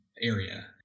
area